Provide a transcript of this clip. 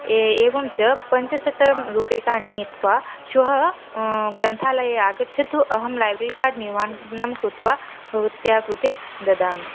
ए एवं च पञ्चशतं रूप्यकाणि नीत्वा श्वः ग्रन्थालयम् आगच्छतु अहं लैब्रेरी कार्ड् निर्माणं निर्माणं कृत्वा भवत्याः कृते ददामि